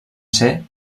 ser